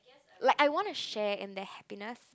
like I want a share in their happiness